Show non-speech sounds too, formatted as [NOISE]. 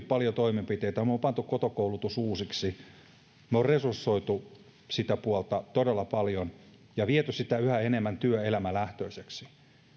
[UNINTELLIGIBLE] paljon toimenpiteitä ja me olemme panneet koto koulutuksen uusiksi me olemme resursoineet sitä puolta todella paljon ja vieneet sitä yhä enemmän työelämälähtöiseksi